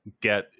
get